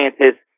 scientists